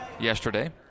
yesterday